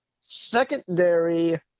secondary